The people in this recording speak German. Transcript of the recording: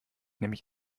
nämlich